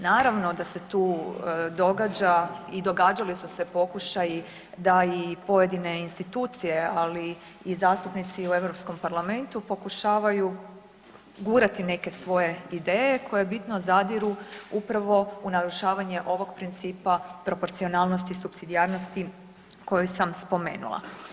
Naravno da se tu događa i događali su se pokušaji da i pojedine institucije, ali i zastupnici u Europskom parlamentu pokušavaju gurati neke svoje ideje koje bitno zadiru upravo u narušavanje ovog principa proporcionalnosti, supsidijarnosti koju sam spomenula.